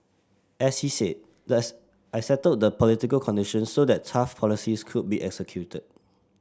as he said thus I settled the political conditions so that tough policies could be executed